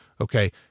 Okay